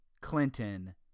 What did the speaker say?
Clinton